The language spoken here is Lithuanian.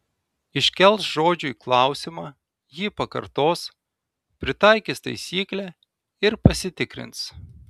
iškels žodžiui klausimą jį pakartos pritaikys taisyklę ir pasitikrins